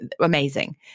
amazing